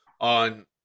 on –